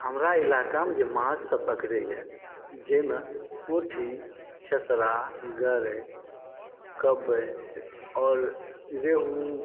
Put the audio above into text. हमरा ईलाकामे जे माछसभ पकड़ैतए जाहिमे पोठी खेसरा गरइ कबइ आओर रहु